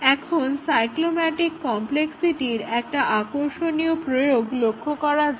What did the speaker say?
এখন সাইক্লোম্যাটিক কম্প্লেক্সিটির একটা আকর্ষণীয় প্রয়োগ লক্ষ্য করা যাক